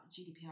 GDPR